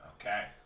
Okay